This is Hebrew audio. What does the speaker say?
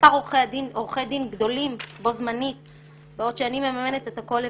מספר עורכי דין גדולים בו זמנית בעוד שאני מממנת את הכול לבדי.